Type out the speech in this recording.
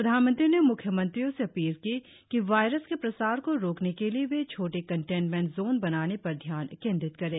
प्रधानमंत्री ने मुख्यमंत्रियों से अपील की कि वायरस के प्रसार को रोकने के लिए वे छोटे कंटेनमेंट जोन बनाने पर ध्यान केन्द्रित करें